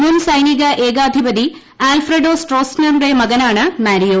മുൻ സൈനിക ഏകാധിപതി ആൽഫ്രഡോ സ്ട്രോസ്നറുടെ മകനാണ് മാരിയോ